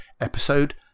episode